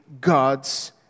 God's